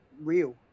real